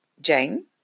Jane